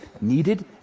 needed